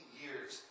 years